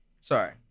sorry